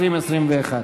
20 ו-21.